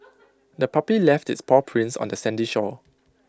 the puppy left its paw prints on the sandy shore